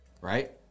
Right